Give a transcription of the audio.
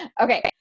okay